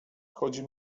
chodzi